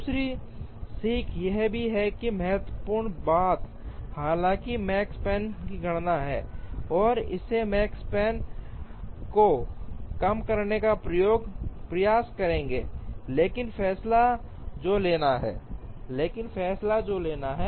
दूसरी सीख यह भी है कि महत्वपूर्ण बात हालांकि मकेस्पन की गणना है और इसे मकेस्पन को कम करने का प्रयास करेंगे लेकिन फैसला जो लेना है